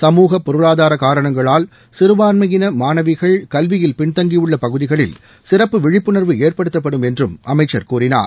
சமூகப்பொருளாதார காரணங்களால் சிறுபான்மையின மாணவிகள் கல்வியில் பின்தங்கியுள்ள பகுதிகளில் சிறப்பு விழிப்புணர்வு ஏற்படுத்தப்படும் என்றும் அமைச்சர் கூறினார்